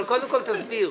אבל קודם כול תסביר.